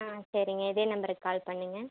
ஆ சரிங்க இதே நம்பருக்கு கால் பண்ணுங்கள்